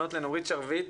לפנות לנורית שרביט,